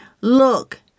look